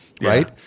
right